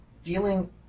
feeling